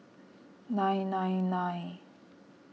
nine nine nine